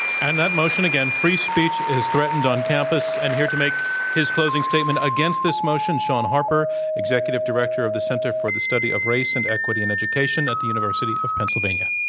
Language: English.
and our motion again, free speech is threatened on campus. and here to make his closing statement against this motion, shaun harper executive director of the center for the study of race and equity in education at the university of pennsylvania.